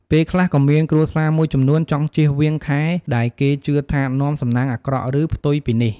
ពេលខ្លះក៏មានគ្រួសារមួយចំនួនចង់ជៀសរាងខែ ដែលគេជឿថានាំសំណាងអាក្រក់ ឬផ្ទុយពីនេះ។